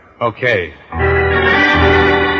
Okay